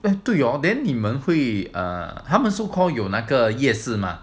对 hor then 你们会 then 它们 so called 有那个夜市 mah